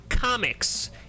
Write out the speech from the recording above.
Comics